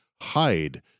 hide